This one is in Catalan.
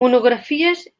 monografies